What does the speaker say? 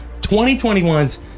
2021's